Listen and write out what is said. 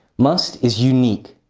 must is unique,